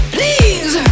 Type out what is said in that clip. Please